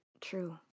true